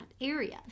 area